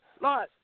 Lord